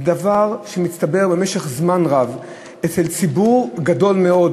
זה דבר שמצטבר במשך זמן רב אצל ציבור גדול מאוד.